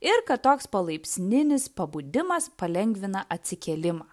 ir kad toks palaipsninis pabudimas palengvina atsikėlimą